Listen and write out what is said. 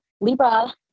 Libra